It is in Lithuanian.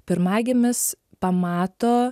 pirmagimis pamato